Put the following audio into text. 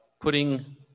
putting